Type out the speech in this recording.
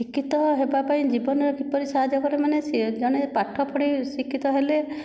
ଶିକ୍ଷିତ ହେବା ପାଇଁ ଜୀବନରେ କିପରି ସାହାଯ୍ୟ କରେ ମାନେ ସେ ଜଣେ ପାଠ ପଢ଼ି ଶିକ୍ଷିତ ହେଲେ